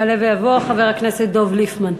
יעלה ויבוא חבר הכנסת דב ליפמן.